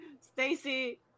Stacy